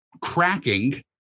cracking